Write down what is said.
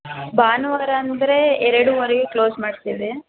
ಭಾನುವಾರಾಂದರೆ ಎರಡುವರೆಗೆ ಕ್ಲೋಸ್ ಮಾಡ್ತೇವೆ